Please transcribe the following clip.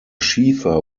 schiefer